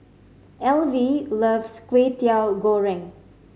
Elvie loves Kway Teow Goreng